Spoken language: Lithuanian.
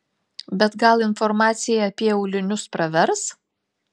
bet gal informacija apie aulinius pravers